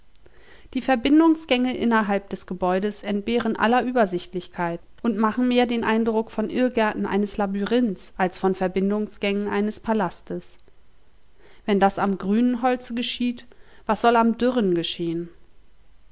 die verbindungsgänge innerhalb des gebäudes entbehren aller übersichtlichkeit und machen mehr den eindruck von irrgängen eines labyrinths als von verbindungsgängen eines palastes wenn das am grünen holze geschieht was soll am dürren geschehn